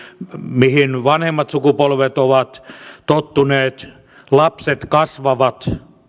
mihin vanhemmat sukupolvet ovat tottuneet lapset kasvavat